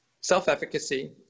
Self-efficacy